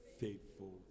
faithful